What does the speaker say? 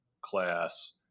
class